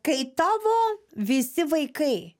kai tavo visi vaikai